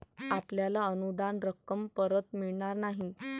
आपल्याला अनुदान रक्कम परत मिळणार नाही